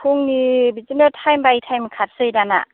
फुंनि बिदिनो time by time खारसै दाना